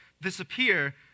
disappear